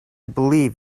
believe